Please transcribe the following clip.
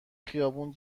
خیابون